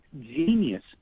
genius